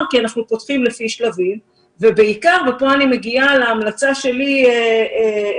כי אנחנו פותחים לפי שלבים ובעיקר ופה אני מגיעה להמלצה שלי אלייך,